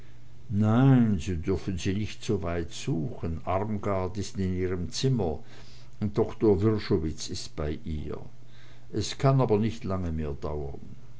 nein sie dürfen sie nicht so weit suchen armgard ist in ihrem zimmer und doktor wrschowitz ist bei ihr es kann aber nicht lange mehr dauern